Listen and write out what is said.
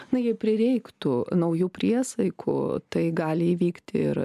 na jei prireiktų naujų priesaikų tai gali įvykti ir